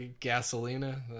gasolina